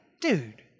dude